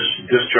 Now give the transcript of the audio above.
discharge